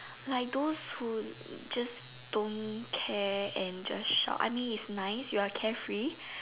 like those who just don't care and just shout I mean is nice you're carefree